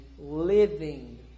living